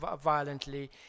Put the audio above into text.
violently